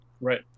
Right